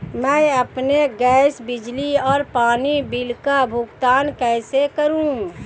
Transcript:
मैं अपने गैस, बिजली और पानी बिल का भुगतान कैसे करूँ?